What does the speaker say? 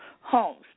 homes